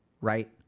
Right